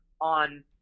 on